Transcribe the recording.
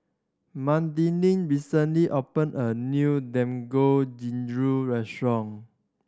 Madelynn recently opened a new Dangojiru restaurant